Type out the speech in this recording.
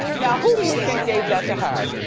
now who do you think gave that to her?